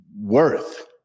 worth